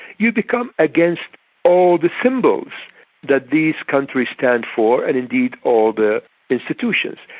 you become against all the symbols that these countries stand for and indeed all the institutions.